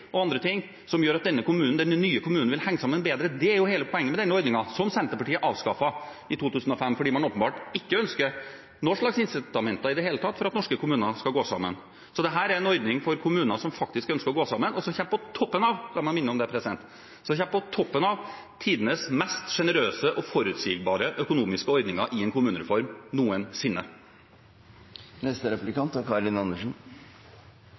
og andre ting som gjør at denne nye kommunen vil henge sammen bedre. Det er jo hele poenget med denne ordningen, som Senterpartiet avskaffet i 2005, fordi man åpenbart ikke ønsker noen slags incitamenter i det hele tatt for at norske kommuner skal gå sammen. Så dette er en ordning for kommuner som faktisk ønsker å gå sammen, og som kommer på toppen av – la meg minne om det – tidenes mest sjenerøse og forutsigbare økonomiske ordninger i en kommunereform noensinne.